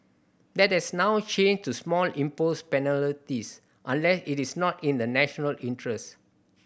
that has now changed to small impose penalties unless it is not in the national interest